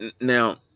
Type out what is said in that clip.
Now